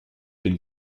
been